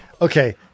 okay –